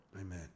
Amen